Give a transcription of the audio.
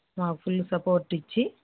మా full support ఇచ్చి